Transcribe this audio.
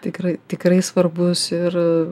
tikrai tikrai svarbus ir